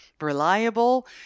Reliable